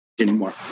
anymore